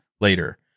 later